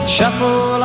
Shuffle